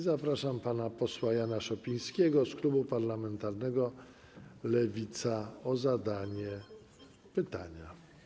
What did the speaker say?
Zapraszam pana posła Jana Szopińskiego z klubu parlamentarnego Lewica i proszę o zadanie pytania.